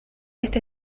este